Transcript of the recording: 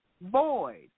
void